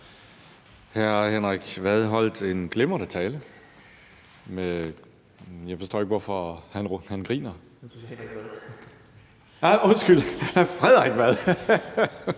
Hr. Henrik Vad holdt en glimrende tale. Jeg forstår ikke, hvorfor han griner. (Frederik Vad: